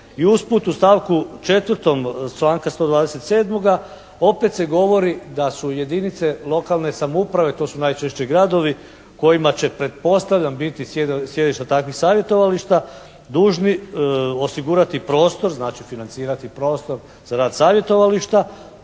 I usput u stavku 4. članka 127. opet se govori da su jedinice lokalne samouprave, to su najčešće gradovi kojima će pretpostavljam biti sjedišta takvih savjetovališta dužni osigurati prostor znači financirati prostor za rad savjetovališta